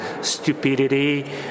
stupidity